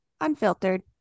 unfiltered